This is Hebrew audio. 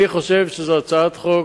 אני חושב שזו הצעת חוק,